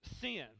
sin